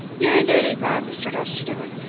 ye're a learned man, mr. dousterdeevil,